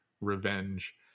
revenge